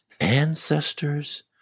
ancestors